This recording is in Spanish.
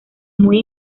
muy